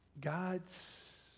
God's